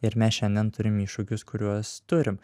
ir mes šiandien turim iššūkius kuriuos turim